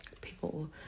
People